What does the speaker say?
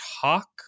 talk